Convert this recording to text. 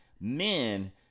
men